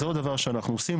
זה עוד דבר שאנחנו עושים,